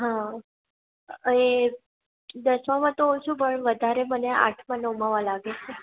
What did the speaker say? હા એ દસમામાં તો ઓછું પણ વધારે મને આઠમા નવમામાં લાગે છે